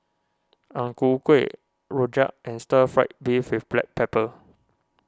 Ang Ku Kueh Rojak and Stir Fried Beef with Black Pepper